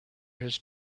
his